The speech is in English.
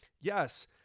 yes